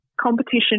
Competition